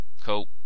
Cool